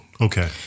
Okay